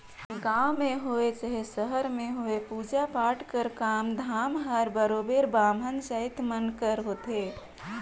गाँव में होए चहे सहर में होए पूजा पाठ कर काम धाम हर बरोबेर बाभन जाएत मन कर होथे